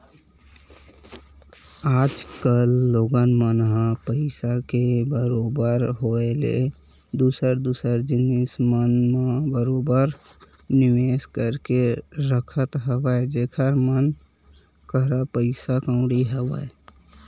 आज कल लोगन मन ह पइसा के बरोबर होय ले दूसर दूसर जिनिस मन म बरोबर निवेस करके रखत हवय जेखर मन करा पइसा कउड़ी हवय